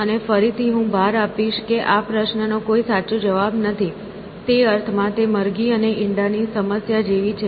અને ફરીથી હું ભાર આપીશ કે આ પ્રશ્નનો કોઈ સાચો જવાબ નથી તે અર્થમાં કે તે મરઘી અને ઈંડા ની સમસ્યા જેવી છે